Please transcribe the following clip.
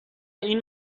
این